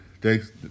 Thanks